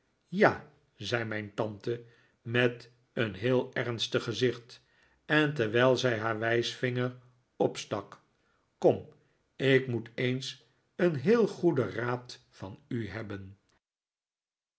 ja zei mijn tante met een heel ernstig gezicht en terwijl zij haar wijsvinger opstak kom ik moet eens een heel goeden raad van u hebben